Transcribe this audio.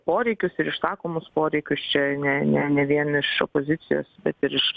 poreikius ir išsakomus poreikius čia ne ne ne vien iš opozicijos bet ir iš